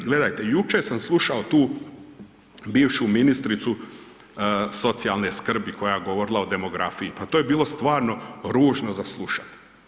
Gledajte, jučer sam slušao tu bivšu ministricu socijalne skrbi koja je govorila o demografiji, pa to je bilo stvarno ružno za slušati.